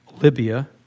Libya